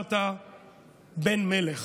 נוצרת בן מלך".